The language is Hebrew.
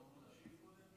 אני לא משיב קודם?